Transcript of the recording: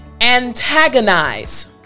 antagonize